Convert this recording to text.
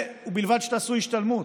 ובלבד שתעשו השתלמות.